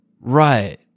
Right